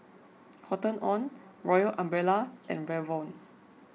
Cotton on Royal Umbrella and Revlon